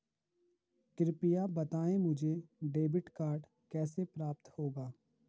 कृपया बताएँ मुझे डेबिट कार्ड कैसे प्राप्त होगा?